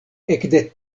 ekde